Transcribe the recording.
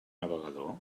navegador